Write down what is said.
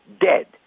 dead